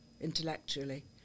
intellectually